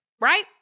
Right